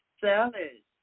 salad